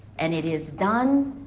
and it is done.